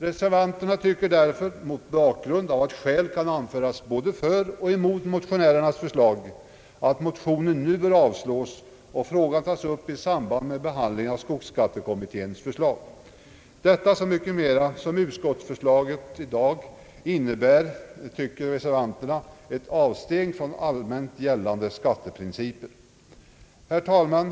Reservanterna tycker därför, mot bakgrund av att skäl kan anföras både för och emot motionärernas förslag, att motionen nu bör avslås och frågan tas upp i samband med behandlingen av skogsskattekommitténs förslag, detta så mycket mera som utskottsförslaget i dag enligt reservanternas uppfattning innebär ett avsteg från allmänt gällande skatteprinciper. Herr talman!